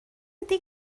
ydy